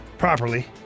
Properly